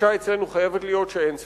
הגישה אצלנו חייבת להיות שאין ספקות.